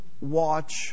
watch